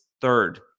third